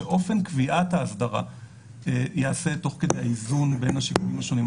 שאופן קביעת האסדרה ייעשה תוך כדי האיזון בין השיקולים השונים.